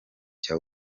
cya